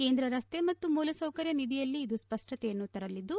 ಕೇಂದ್ರ ರಸ್ತೆ ಮತ್ತು ಮೂಲಸೌಕರ್ಯ ನಿಧಿಯಲ್ಲಿ ಇದು ಸ್ಪಷ್ಪತೆಯನ್ನು ತರಲಿದ್ದು